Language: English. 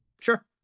Sure